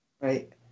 Right